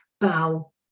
bow